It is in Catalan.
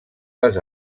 les